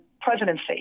presidency